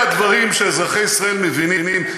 אלה הדברים שאזרחי ישראל מבינים.